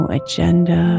agenda